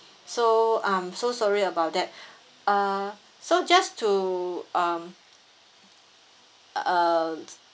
so I'm so sorry about that uh so just to um uh